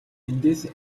эндээс